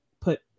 put